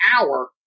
hour